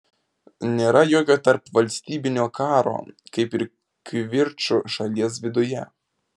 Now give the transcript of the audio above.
nėra jokio tarpvalstybinio karo kaip ir kivirčų šalies viduje